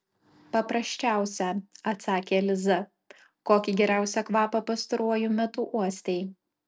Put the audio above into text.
paprasčiausią atsakė liza kokį geriausią kvapą pastaruoju metu uostei